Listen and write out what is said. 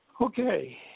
Okay